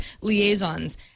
liaisons